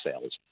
sales